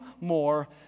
more